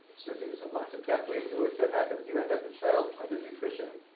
so there's lots of pathways through which that happens. you end up at child under-nutrition.